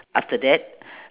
after that